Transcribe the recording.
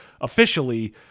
officially